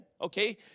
Okay